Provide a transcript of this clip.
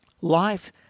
life